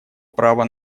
право